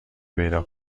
پیدا